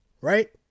right